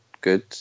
good